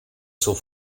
zur